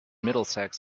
middlesex